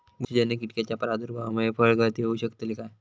बुरशीजन्य कीटकाच्या प्रादुर्भावामूळे फळगळती होऊ शकतली काय?